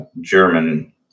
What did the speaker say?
German